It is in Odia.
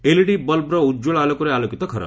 ଏଲ୍ଇଡି ବଲ୍ବର ଉଜ୍ୱଳ ଆଲୋକରେ ଆଲୋକିତ ଘର